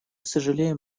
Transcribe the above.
сожалеем